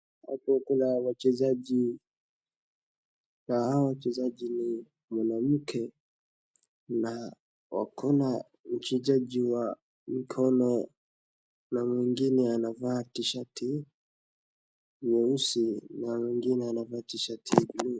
Hapo kuna wachezaji na hao wachezaji ni mwanamke na wako na mchezaji wa mkono na amwingine anavaa tishati nyeusi na mwingine anavaa tishati buluu.